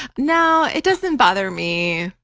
no, it doesn't bother me.